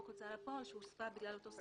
ההוצאה לפועל" שהוספה בגלל אותו סעיף.